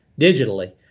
digitally